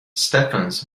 stephens